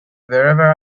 wherever